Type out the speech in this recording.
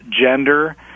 gender